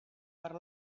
per